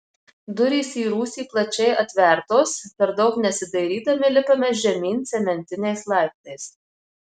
durys į rūsį plačiai atvertos per daug nesidairydami lipame žemyn cementiniais laiptais